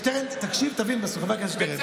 שטרן, תקשיב, תבין בסוף, חבר הכנסת שטרן.